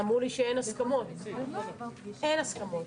לתקנון הכנסת,